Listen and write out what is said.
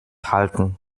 halten